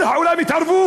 כל העולם יתערב,